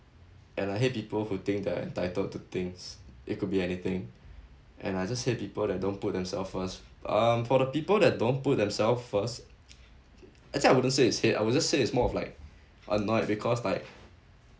and I hate people who think they're entitled to things it could be anything and I just hate people that don't put themselves first uh for the people that don't put themselves first actually I wouldn't say is hate I would just say it's more of like annoyed because like